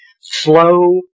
slow